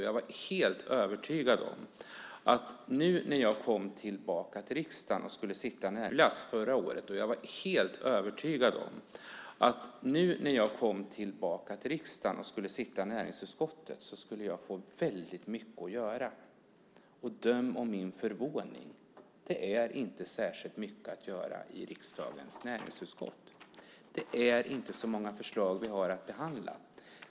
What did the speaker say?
Jag var helt övertygad om att nu när jag kom tillbaka till riksdagen och skulle sitta i näringsutskottet så skulle jag få väldigt mycket att göra. Döm om min förvåning! Det är inte särskilt mycket att göra i riksdagens näringsutskott. Det är inte så många förslag som vi har att behandla.